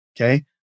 Okay